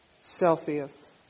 Celsius